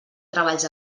treballs